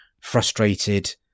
frustrated